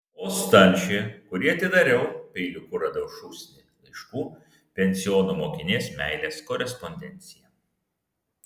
o stalčiuje kurį atidariau peiliuku radau šūsnį laiškų pensiono mokinės meilės korespondenciją